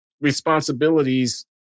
responsibilities